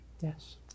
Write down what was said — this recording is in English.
Yes